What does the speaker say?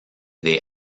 they